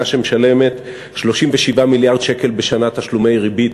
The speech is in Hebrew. שמשלמת 37 מיליארד שקל בשנה תשלומי ריבית,